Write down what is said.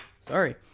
sorry